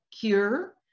cure